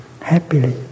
happily